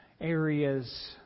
areas